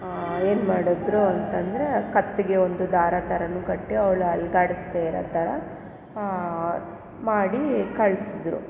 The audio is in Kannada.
ಏನು ಮಾಡಿದ್ರು ಅಂತ ಅಂದ್ರೆ ಕತ್ತಿಗೆ ಒಂದು ದಾರ ಥರನೂ ಕಟ್ಟಿ ಅವ್ಳು ಅಲುಗಾಡಿಸ್ದೆ ಇರೋ ಥರ ಮಾಡಿ ಕಳ್ಸಿದ್ರು